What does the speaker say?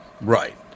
Right